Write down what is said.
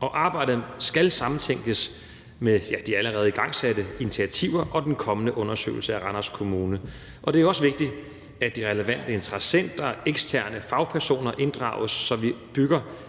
og arbejdet skal sammentænkes med de allerede igangsatte initiativer og den kommende undersøgelse af Randers Kommune. Det er også vigtigt, at de relevante interessenter og eksterne fagpersoner inddrages, så vi bygger